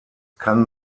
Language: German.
kann